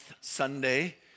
Sunday